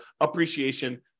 appreciation